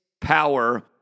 power